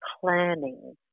planning